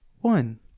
one